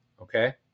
Okay